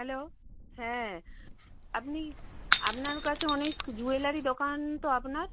hello হ্যাঁ আপনি আপনার কাছে অনেক জুয়েলারি দোকান তো আপনার